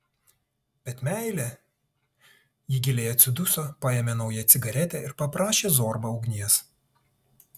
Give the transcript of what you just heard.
bet meilė ji giliai atsiduso paėmė naują cigaretę ir paprašė zorbą ugnies